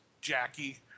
Jackie